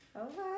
Okay